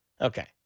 Okay